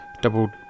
Double